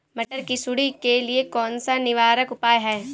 मटर की सुंडी के लिए कौन सा निवारक उपाय है?